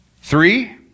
Three